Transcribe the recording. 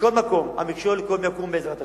מכל מקום, המכשול קום יקום, בעזרת השם.